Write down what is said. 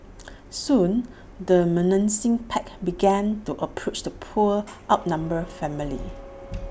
soon the menacing pack began to approach the poor outnumbered family